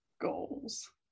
goals